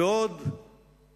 ועוד בעניין